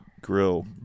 grill